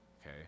okay